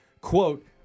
quote